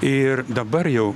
ir dabar jau